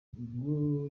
ubwo